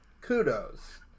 kudos